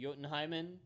Jotunheimen